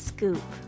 Scoop